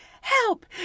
help